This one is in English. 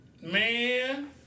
man